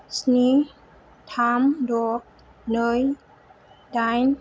स्नि थाम द' नै दाइन